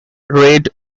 red